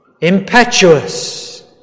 impetuous